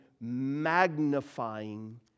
magnifying